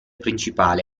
principale